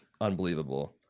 Unbelievable